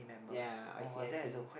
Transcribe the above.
ya I see I see